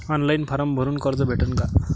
Online form भरून कर्ज भेटन का?